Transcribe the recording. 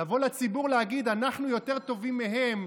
לבוא לציבור ולהגיד: אנחנו יותר טובים מהם,